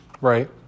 Right